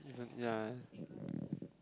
ya